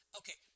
okay